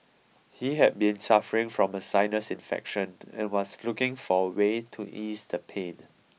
he had been suffering from a sinus infection and was looking for a way to ease the pain